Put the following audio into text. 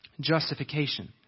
Justification